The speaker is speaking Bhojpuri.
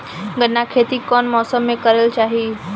गन्ना के खेती कौना मौसम में करेके चाही?